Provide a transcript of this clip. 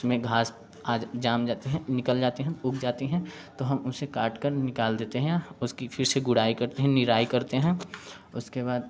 उसमें घास आज जम जाते हैं निकल जाते हैं उग जाते हैं तो हम उसे काट कर निकाल देते हैं उसकी फिर से गुड़ाई करते हैं निराई करते हैं उसके बाद